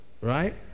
Right